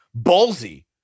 ballsy